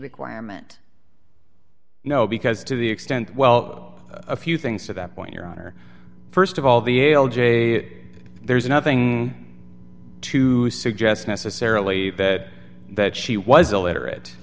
requirement no because to the extent well a few things to that point your honor st of all the ale g a there's nothing to suggest necessarily that that she was illiterate